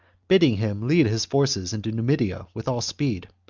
bidding him lead his forces into numidia with all speed,